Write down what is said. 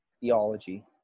theology